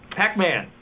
pac-man